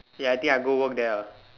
ya I think I go work there ah